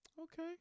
Okay